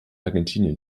argentinien